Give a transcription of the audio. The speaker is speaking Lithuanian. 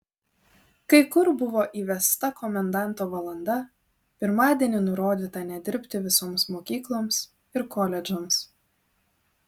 kai kur buvo įvesta komendanto valanda pirmadienį nurodyta nedirbti visoms mokykloms ir koledžams